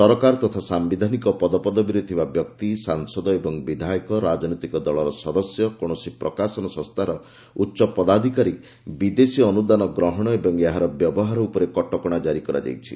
ସରକାର ତଥା ସାୟିଧାନିକ ପଦପଦବୀରେ ଥିବା ବ୍ୟକ୍ତି ସାଂସଦ ଏବଂ ବିଧାୟକ ରାଜନୈତିକ ଦଳର ସଦସ୍ୟ କୌଣସି ପ୍ରକାଶନ ସଂସ୍ଥାର ଉଚ୍ଚ ପଦାଧିକାରୀ ବିଦେଶୀ ଅନୁଦାନ ଗ୍ରହଣ ଏବଂ ଏହାର ବ୍ୟବହାର ଉପରେ କଟକଣା କ୍ରାରି କରାଯାଇଛି